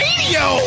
Radio